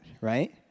right